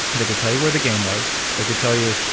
they could tell you where the game was. they could tell you,